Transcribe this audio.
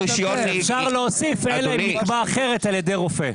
אפשר להוסיף אלא אם נקבע אחרת על ידי רופא.